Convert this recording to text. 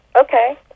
okay